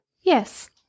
Yes